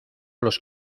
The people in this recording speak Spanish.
los